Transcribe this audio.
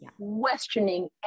questioning